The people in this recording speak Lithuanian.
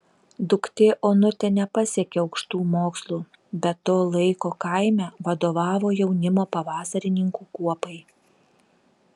duktė onutė nepasiekė aukštų mokslų bet to laiko kaime vadovavo jaunimo pavasarininkų kuopai